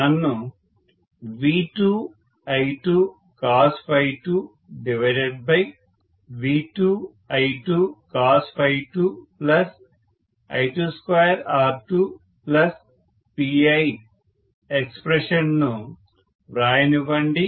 నన్ను V2I2cos2V2I2cos2I22R2Pi expression ను వ్రాయనివ్వండి